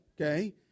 okay